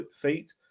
feet